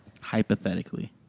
Hypothetically